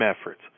efforts